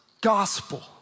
gospel